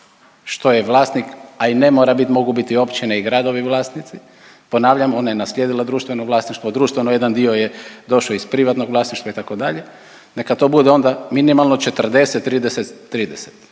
što je vlasnik, a i ne mora bit. Mogu bit i općine i gradovi vlasnici. Ponavljam ona je naslijedila društveno vlasništvo. Društveno, jedan dio je došao iz privatnog vlasništva itd. Neka to bude onda minimalno 40, 30, 30.